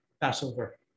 Passover